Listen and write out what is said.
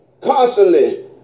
Constantly